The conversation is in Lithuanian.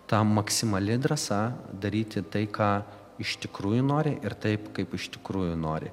ta maksimali drąsa daryti tai ką iš tikrųjų nori ir taip kaip iš tikrųjų nori